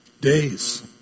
days